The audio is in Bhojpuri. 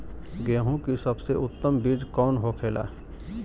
गेहूँ की सबसे उत्तम बीज कौन होखेला?